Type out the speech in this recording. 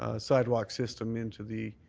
ah sidewalk system into the